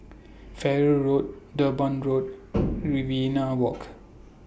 Farrer Road Durban Road Riverina Walk